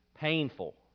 painful